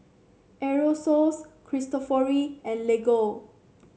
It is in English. Aerosoles Cristofori and Lego